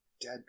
dead